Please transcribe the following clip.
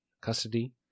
custody